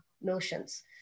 notions